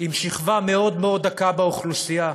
עם שכבה מאוד מאוד דקה באוכלוסייה.